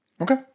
okay